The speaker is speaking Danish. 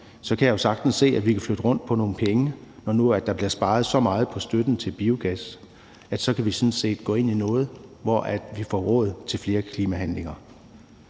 kan jeg jo sagtens se, at vi kan flytte rundt på nogle penge. Altså, når der nu bliver sparet så meget på støtten til biogas, så kan vi sådan set gå ind i noget, hvor vi får råd til flere klimaforhandlinger.